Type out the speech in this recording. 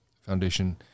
Foundation